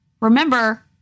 Remember